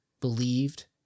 believed